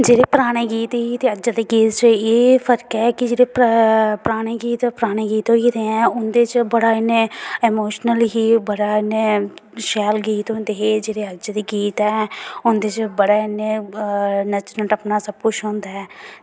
जेह्ड़े पराने गीत हे ते जेह्ड़े अज्ज दे गीत च एह् फर्क ऐ की जेह्ड़े पराने गीत पराने गीत होइये जियां उंदे च बड़ा इंया इमोशनल ही बड़ा इंया शैल गीत होंदे हे जेह्ड़े अज्ज दे गीत ऐं उंदे च बड़ा इंया नच्चना टप्पना सबकुछ होंदा ऐ